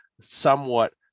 somewhat